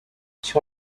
sur